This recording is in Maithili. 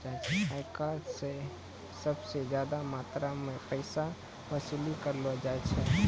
आयकर स सबस ज्यादा मात्रा म पैसा वसूली कयलो जाय छै